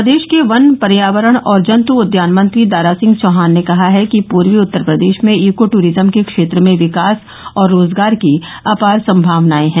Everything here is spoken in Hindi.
प्रदेश के वन पर्यावरण अउर जन्त उद्यान मंत्री दारा सिंह चौहान ने कहा है कि पूर्वी उत्तर प्रदेश में ईको टूरिज्म के क्षेत्र में विकास और रोजगार की अपार सम्भावनायें हैं